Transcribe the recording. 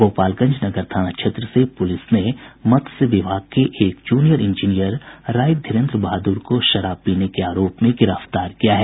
गोपालगंज नगर थाना क्षेत्र से पुलिस ने मत्स्य विभाग के एक जूनियर इंजीनियर राय धीरेन्द्र बहादुर को शराब पीने के आरोप में गिरफ्तार किया है